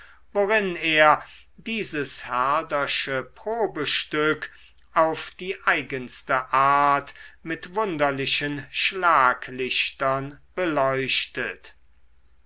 worin er dieses herdersche probestück auf die eigenste art mit wunderlichen schlaglichtern beleuchtet